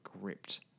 gripped